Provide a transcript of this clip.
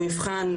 הוא יבחן,